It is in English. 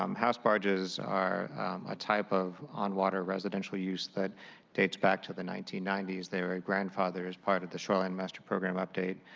um house barges are a type of on water residential use that dates back to the nineteen ninety s. they are grandfathered as part of the shoreline master program update.